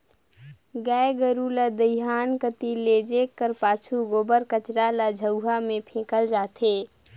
गाय गरू ल दईहान कती लेइजे कर पाछू गोबर कचरा ल झउहा मे फेकल जाथे